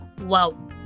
Wow